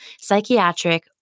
psychiatric